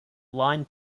line